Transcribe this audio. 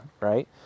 right